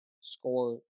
score